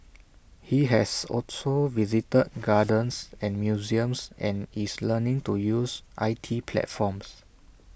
he has also visited gardens and museums and is learning to use I T platforms